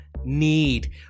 need